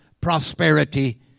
prosperity